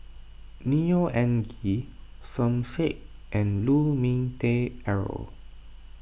Neo Anngee Som Said and Lu Ming Teh Earl